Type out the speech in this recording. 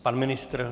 Pan ministr?